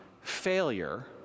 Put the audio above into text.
failure